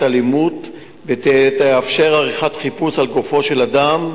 אלימות ותתאפשר עריכת חיפוש על גופו של אדם,